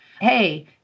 hey